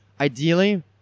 ideally